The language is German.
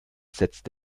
setzt